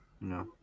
No